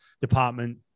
department